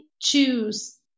choose